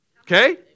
Okay